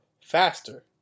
Faster